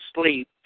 sleep